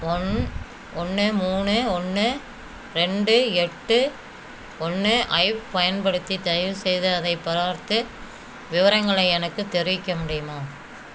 one ஒன்று மூணு ஒன்னு ரெண்டு எட்டு ஒன்று ஐப் பயன்படுத்தி தயவுசெய்து அதைப் பார்த்து விவரங்களை எனக்குத் தெரிவிக்க முடியுமா